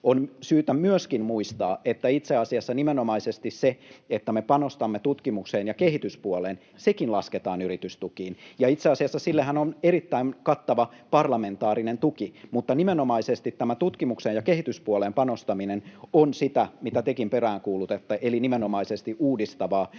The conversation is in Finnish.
On syytä myöskin muistaa, että itse asiassa nimenomaisesti sekin, että me panostamme tutkimukseen ja kehityspuoleen, lasketaan yritystukiin, ja itse asiassa sillehän on erittäin kattava parlamentaarinen tuki. Nimenomaisesti tämä tutkimukseen ja kehityspuoleen panostaminen on sitä, mitä tekin peräänkuulutatte, eli nimenomaisesti uudistavaa